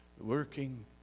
working